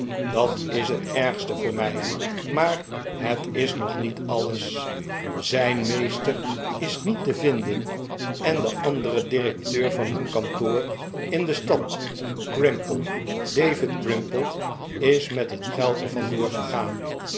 dat is het ergste voor mij maar het is nog niet alles zijn meester is niet te vinden en de andere directeur van hun kantoor in de stad crimple david crimple is met het geld er vandoor gegaan